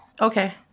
Okay